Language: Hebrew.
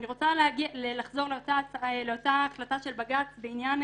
אני רוצה לחזור לאותה החלטה של בג"צ בעניין